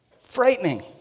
Frightening